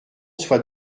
soit